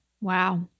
Wow